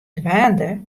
dwaande